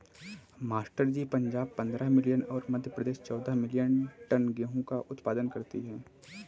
master ji Punjab पंद्रह million और मध्य प्रदेश चौदह मिलीयन टन गेहूं का उत्पादन करती है